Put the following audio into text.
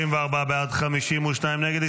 44 בעד, 52 נגד.